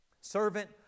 Servant